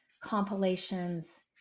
compilations